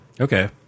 Okay